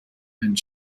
and